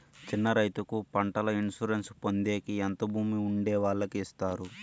చిన్న రైతుకు పంటల ఇన్సూరెన్సు పొందేకి ఎంత భూమి ఉండే వాళ్ళకి ఇస్తారు?